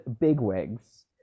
bigwigs